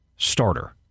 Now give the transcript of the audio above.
starter